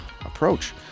approach